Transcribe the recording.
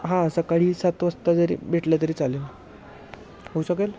हां सकाळी सात वाजता जरी भेटलं तरी चालेल होऊ शकेल